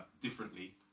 differently